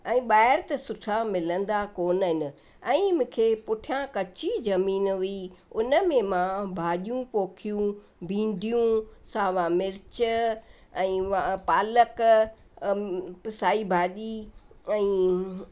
ऐं ॿाहिरि त सुठा मिलंदा कोन्ह आहिनि ऐं मूंखे पुठिया कच्ची जमीन हुई उनमें मां भाॼियूं पोखियूं भीड़ियूं सावा मिर्च ऐं अ पालक साई भाॼी ऐं